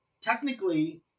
technically